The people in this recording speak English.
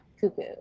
cuckoo